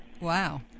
Wow